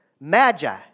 Magi